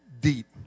deep